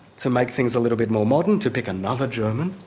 to make things a little bit more modern, to pick another german,